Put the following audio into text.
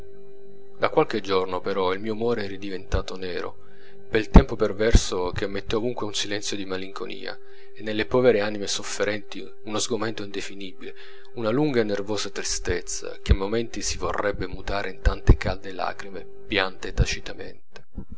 da qualche giorno però il mio umore è ridiventato nero pel tempo perverso che mette ovunque un silenzio di malinconia e nelle povere anime sofferenti uno sgomento indefinibile una lunga e nervosa tristezza che a momenti si vorrebbe mutare in tante calde lacrime piante tacitamente